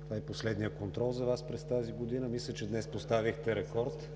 Това е последният контрол за Вас през тази година. Мисля, че днес поставихте рекорд.